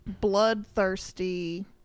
bloodthirsty